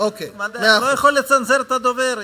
אתה לא יכול לצנזר את הדובר.